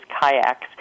kayaks